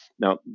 Now